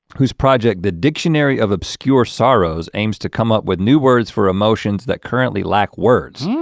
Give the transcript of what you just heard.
whose project the dictionary of obscure sorrows aims to come up with new words for emotions that currently lack words.